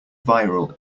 viral